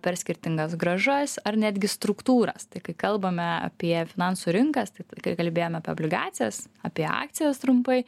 per skirtingas grąžas ar netgi struktūras kai kalbame apie finansų rinkas tai kai kalbėjome apie obligacijas apie akcijas trumpai